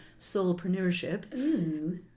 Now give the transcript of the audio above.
solopreneurship